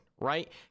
right